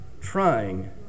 trying